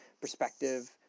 perspective